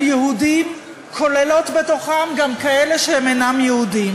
יהודים כוללות בתוכן גם כאלה שהם אינם יהודים.